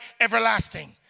everlasting